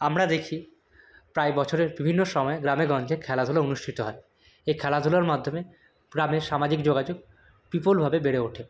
আমরা দেখি প্রায় বছরের বিভিন্ন সময় গ্রামে গঞ্জে খেলাধুলো অনুষ্ঠিত হয় এই খেলাধুলোর মাধ্যমে গ্রামের সামাজিক যোগাযোগ বিপুলভাবে বেড়ে ওঠে